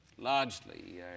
largely